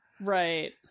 right